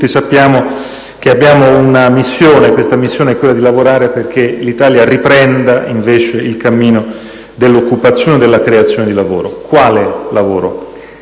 tutti sappiamo che abbiamo una missione: questa missione è lavorare perché l'Italia riprenda il cammino dell'occupazione e della creazione di lavoro. Quale lavoro?